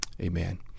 Amen